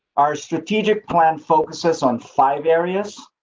our strategic plan focuses on five areas.